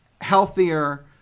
healthier